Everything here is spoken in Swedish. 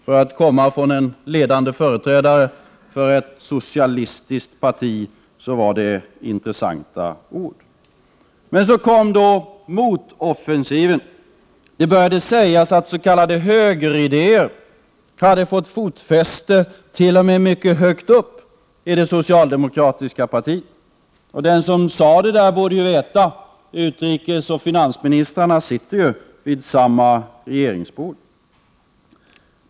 För att komma från en ledande företrädare för ett socialistiskt parti var det intressanta ord. Men så kom motoffensiven. Det började sägas att s.k. högeridéer hade fått fotfäste t.o.m. mycket högt upp i det socialdemokratiska partiet. Den som sade detta borde veta — utrikesministern och finansministern sitter ju vid samma regeringsbord.